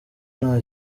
nta